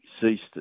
ceased